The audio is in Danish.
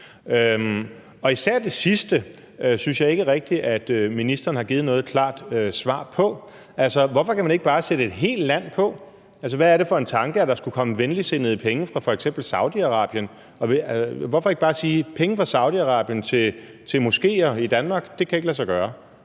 Især det sidste synes jeg ikke rigtig ministeren har givet noget klart svar på. Altså, hvorfor kan man ikke bare sætte et helt land på? Hvad er det for en tanke, at der skulle komme penge til venligtsindede formål fra f.eks. Saudi-Arabien? Hvorfor ikke bare sige, at det ikke kan lade sig gøre